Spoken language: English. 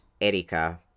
Erika